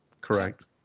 Correct